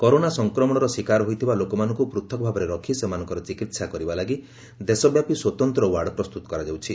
corona ସଂକ୍ରମଣର ଶିକାର ହୋଇଥିବା ଲୋକମାନଙ୍କୁ ପୂଥକ୍ ଭାବରେ ରଖି ସେମାନଙ୍କର ଚିକିହା କରିବା ଲାଗି ଦେଶବ୍ୟାପୀ ସ୍ୱତନ୍ତ୍ର ୱାର୍ଡ଼ ପ୍ରସ୍ତୁତ କରାଯାଉଛି